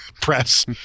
press